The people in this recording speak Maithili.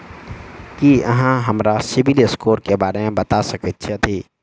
की अहाँ हमरा सिबिल स्कोर क बारे मे बता सकइत छथि?